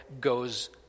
goes